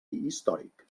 històric